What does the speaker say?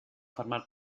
formar